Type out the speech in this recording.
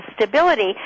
stability